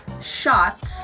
shots